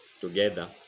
together